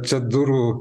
čia durų